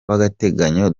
w’agateganyo